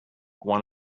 one